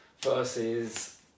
versus